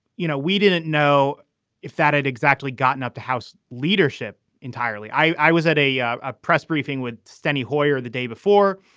you know, we didn't know if that had exactly gotten up to house leadership entirely. i was at a yeah a press briefing with steny hoyer the day before.